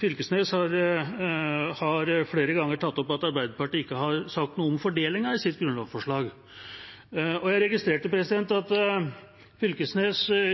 Fylkesnes har flere ganger tatt opp at Arbeiderpartiet ikke har sagt noe om fordelingen i sitt grunnlovsforslag, og jeg registrerte at han